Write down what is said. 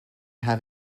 have